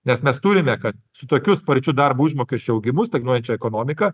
nes mes turime kad su tokiu sparčiu darbo užmokesčio augimu stagnuojančia ekonomika